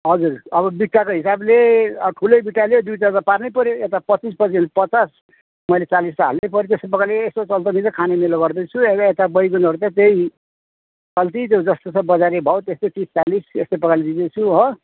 हजुर अब बिट्टाको हिसाबले ठुलै बिट्टाले दुईवटा त पार्नै पऱ्यो यता पच्चिस पच्चिसले पचास मैले चालिस त हाल्नैपऱ्यो त्यस्तै प्रकारले यसो खाने मेलो चाहिँ गर्दैछु अब यता बैगुनहरू त्यही चल्ति जस्तो छ बजारे भाउ त्यस्तै तिस चालिस यस्तै प्रकारले दिँदैछु हो